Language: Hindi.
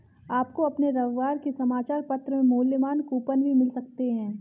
आपको अपने रविवार के समाचार पत्र में मूल्यवान कूपन भी मिल सकते हैं